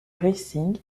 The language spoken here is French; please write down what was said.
racing